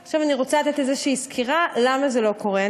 עכשיו, אני רוצה לתת איזו סקירה למה זה לא קורה.